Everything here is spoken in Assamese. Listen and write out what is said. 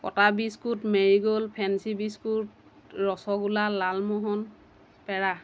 কটা biscuit Marie Gold fancy biscuit rasgulla lalmohan পেৰা